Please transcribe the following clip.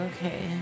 Okay